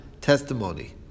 testimony